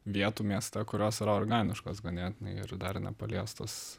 vietų mieste kurios yra organiškos ganėtinai ir dar nepaliestos